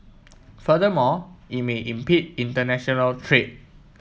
furthermore it may impede international trade